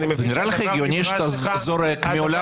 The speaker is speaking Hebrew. זה נראה לך הגיוני שאתה זורק מאולם